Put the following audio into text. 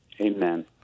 amen